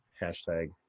Hashtag